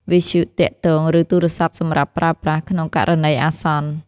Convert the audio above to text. វិទ្យុទាក់ទង ឬទូរស័ព្ទសម្រាប់ប្រើប្រាស់ក្នុងករណីអាសន្ន។